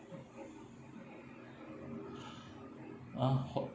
what hope